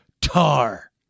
Tar